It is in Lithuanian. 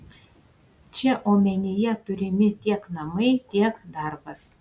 čia omenyje turimi tiek namai tiek darbas